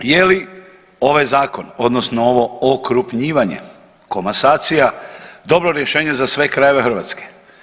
Je li ovaj zakon odnosno ovo okrupnjivanje, komasacija dobro rješenje za sve krajeve Hrvatske?